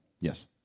Yes